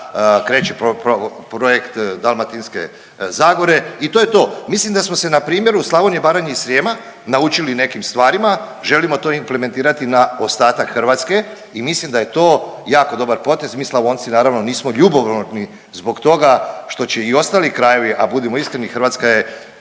kreće projekt Dalmatinske zagore i to je to. Mislim da smo se na primjeru Slavonije, Baranje i Srijema naučili nekim stvarima, želimo to implementirati na ostatak Hrvatske i mislim da je to jako dobar potez. Mi Slavonci naravno nismo ljubomorni zbog toga što će i ostali krajevi, a budimo iskreni Hrvatska je